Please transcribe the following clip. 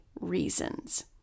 reasons